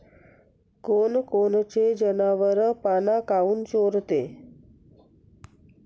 कोनकोनचे जनावरं पाना काऊन चोरते?